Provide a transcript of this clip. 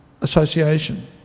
association